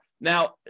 Now